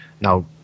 Now